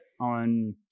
on